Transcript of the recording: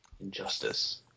Injustice